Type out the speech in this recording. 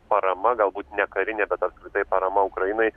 parama galbūt ne karinė bet apskritai parama ukrainai